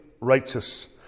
righteous